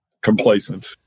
complacent